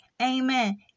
Amen